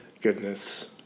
goodness